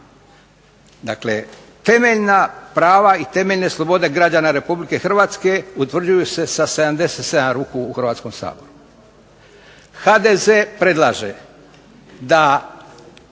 Dakle, temeljna prava i temeljne slobode građana Republike Hrvatske utvrđuju se sa 77 ruku u Hrvatskom saboru. HDZ predlaže da